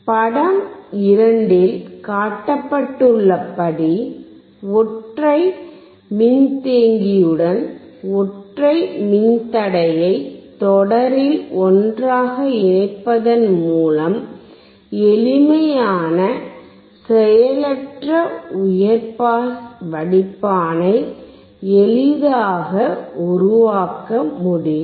படம் 2 இல் காட்டப்பட்டுள்ளபடி ஒற்றை மின்தேக்கியுடன் ஒற்றை மின்தடையை தொடரில் ஒன்றாக இணைப்பதன் மூலம் எளிமையான செயலற்ற உயர் பாஸ் வடிப்பானை எளிதாக உருவாக்க முடியும்